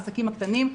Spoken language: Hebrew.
העסקים הקטנים.